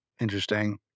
Interesting